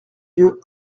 lieu